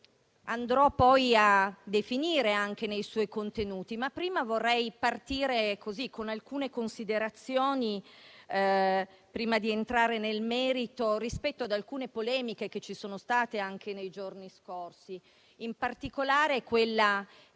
andrò poi a definire anche nei suoi contenuti. Ma prima vorrei partire con alcune considerazioni, prima di entrare nel merito, rispetto ad alcune polemiche che ci sono state anche nei giorni scorsi, in particolare quella